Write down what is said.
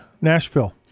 Nashville